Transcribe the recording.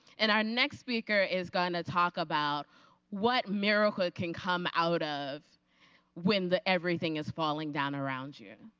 and our next speaker is going to talk about what miracle can come out of when the everything is falling down around you.